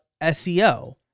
SEO